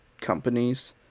companies